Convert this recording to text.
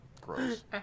Gross